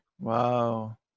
Wow